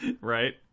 right